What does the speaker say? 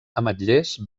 ametllers